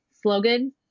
slogan